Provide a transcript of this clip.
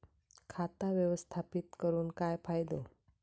खाता व्यवस्थापित करून काय फायदो?